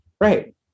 Right